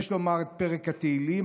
יש לומר פרק תהילים.